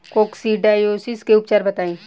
Coccidiosis के उपचार बताई?